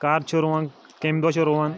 کَر چھِ رُوُن کمہِ دۄہ چھِ رُوُن